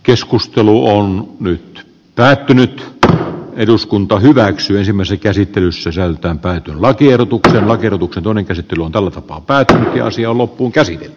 keskustelu on nyt päättynyt eduskunta hyväksyisimme sen käsittely isoisältään tai valtio tukevat irrotuksen toni björn wahlroos tiloineen kalpenee täydellisesti niitten rinnalla